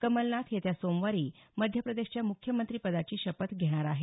कमलनाथ येत्या सोमवारी मध्यप्रदेशच्या मुख्यमंत्रिपदाची शपथ घेणार आहेत